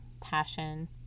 passion